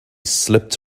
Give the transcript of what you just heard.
slipped